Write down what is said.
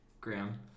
Graham